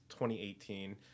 2018